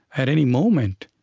at any moment,